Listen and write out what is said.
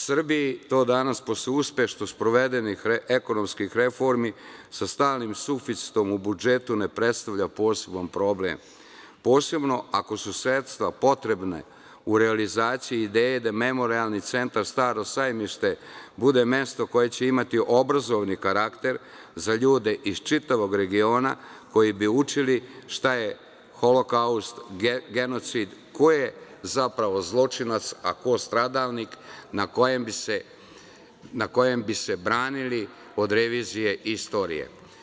Srbiji to danas, posle uspešno sprovedenih ekonomskih reformi, sa stalnim suficitom u budžetu, ne predstavlja poseban problem, posebno ako su sredstva potrebna u realizaciji ideje da Memorijalni centar "Staro sajmište" bude mesto koje će imati obrazovni karakter za ljude iz čitavog regiona koji bi učili šta je holokaust, genocid, ko je zapravo zločinac, a ko stradalnik, na kojem bi se branili od revizije istorije.